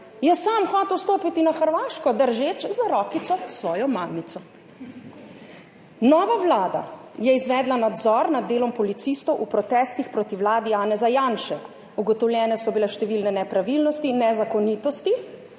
je sam hotel stopiti na Hrvaško, držeč za rokico svojo mamico. Nova vlada je izvedla nadzor nad delom policistov v protestih proti vladi Janeza Janše. Ugotovljene so bile številne nepravilnosti in nezakonitosti,